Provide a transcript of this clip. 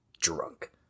drunk